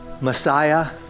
Messiah